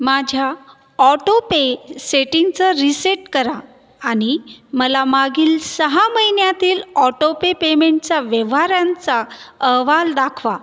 माझ्या ऑटोपे सेटिंगचं रीसेट करा आणि मला मागील सहा महिन्यातील ऑटोपे पेमेंटच्या व्यवहारांचा अहवाल दाखवा